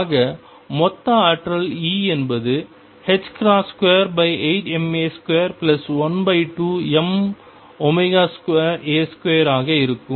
ஆக மொத்த ஆற்றல் E என்பது 28ma212m2a2 ஆக இருக்கும்